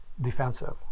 defensive